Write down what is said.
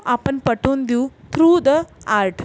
आपण पटवून देऊ थ्रू द आर्ट